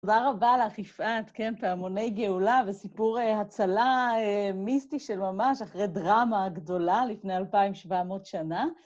תודה רבה לך יפעת, כן, פעמוני גאולה וסיפור הצלה מיסטי של ממש, אחרי דרמה גדולה לפני 2,700 שנה.